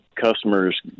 customers